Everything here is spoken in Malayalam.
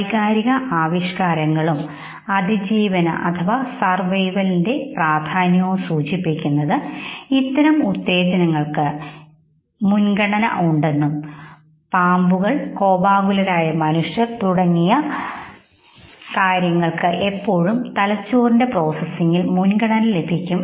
വൈകാരിക ആവിഷ്കാരങ്ങളും അതിജീവന പ്രാധാന്യവും സൂചിപ്പിക്കുന്നത് അത്തരം ഉത്തേജനങ്ങൾക്ക് ശ്രദ്ധ മുൻഗണന ഉണ്ടെന്നും അതിനാൽ പാമ്പുകൾ കോപാകുലരായ മനുഷ്യർ തുടങ്ങിയ ഉരഗങ്ങൾ ശരിയാണെന്നും അത്തരം എല്ലാ കാര്യങ്ങൾക്കും എല്ലായ്പ്പോഴും തലച്ചോറിന്റെ പ്രോസസ്സിംഗ് മുൻഗണന ലഭിക്കും